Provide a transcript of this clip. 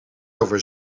over